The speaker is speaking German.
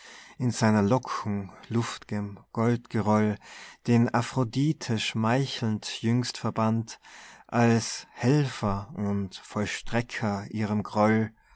in seiner locken luft'gem goldgeroll den aphrodite schmeichelnd jüngst verband als helfer und vollstrecker ihrem groll